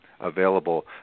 available